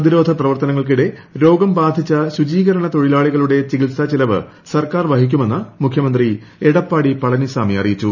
പ്രതിരോധ പ്രവർത്തനങ്ങൾക്കിടെ രോഗം ബാധിച്ച ശുചീകരണ തൊഴിലാളികളുടെ ചികിത്സാ ചിലവ് സർക്കാർ വഹിക്കുമെന്ന് മുഖ്യമന്ത്രി എടപ്പാടി പളനിസാമി അറിയിച്ചു